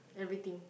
everything